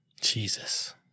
Jesus